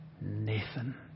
Nathan